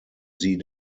sie